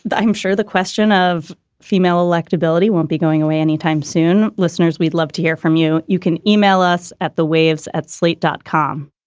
i'm sure the question of female electability won't be going away anytime soon. listeners, we'd love to hear from you. you can email us at the waves at slate dot com.